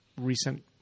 recent